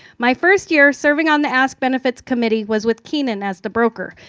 my first year serving on the ask benefits committee was with keenan as the broker.